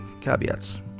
caveats